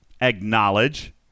acknowledge